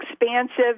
expansive